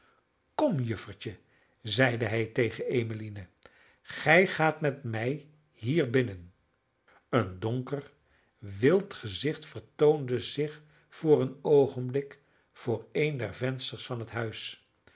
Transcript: kom juffertje zeide hij tegen emmeline gij gaat met mij hier binnen een donker wild gezicht vertoonde zich voor een oogenblik voor een der vensters van het huis